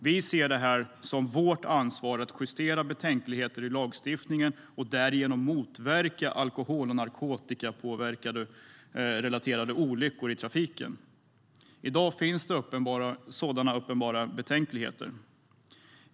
Vi ser det som vårt ansvar att justera betänkligheter i lagstiftningen och därigenom motverka olyckor i trafiken som är relaterade till alkohol och narkotikapåverkan. I dag finns det sådana uppenbara betänkligheter.